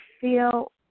feel